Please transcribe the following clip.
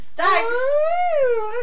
Thanks